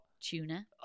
tuna